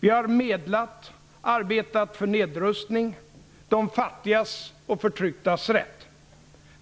Vi har medlat, arbetat för nedrustning och för de fattigas och förtrycktas rätt.